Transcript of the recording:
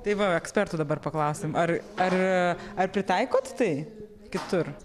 tai va ekspertų dabar paklausim ar ar ar pritaikot tai kitur